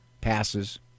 passes